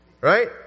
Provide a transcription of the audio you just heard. right